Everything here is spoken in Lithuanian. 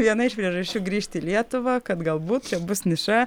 viena iš priežasčių grįžti į lietuvą kad galbūt čia bus niša